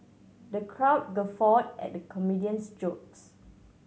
the crowd guffawed at the comedian's jokes